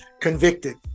convicted